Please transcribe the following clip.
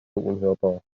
unhörbar